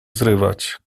zrywać